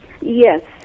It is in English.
Yes